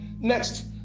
Next